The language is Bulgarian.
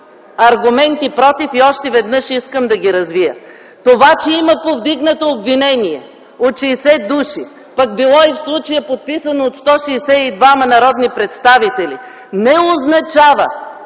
аргументи против и още веднъж искам да ги развия. Това, че има повдигнато обвинение от 60 души, пък било то и в случая подписано от 162-ма народни представители, не означава,